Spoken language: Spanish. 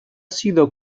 sido